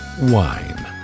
wine